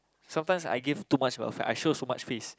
sometimes I give too much respect I show too much face